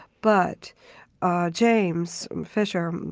but ah james fisher,